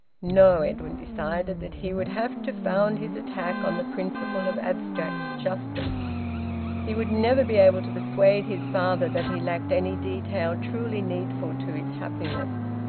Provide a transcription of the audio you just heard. no, edwin decided that he would have to found his attack on the principle of abstract justice he would never be able to persuade his father that he lacked any detail truly needful to his happiness.